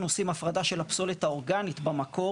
עושים הפרדה של הפסולת האורגנית במקור,